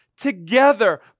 together